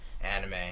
anime